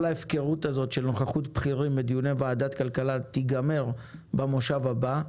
כל ההפקרות הזאת של נוכחות בכירים בדיוני ועדת הכלכלה תגמר במושב הבא.